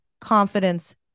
confidence